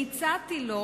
הצעתי לו